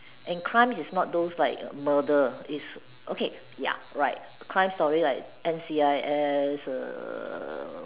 in crimes its not those like murder its okay ya right crimes stories like N_C_I_S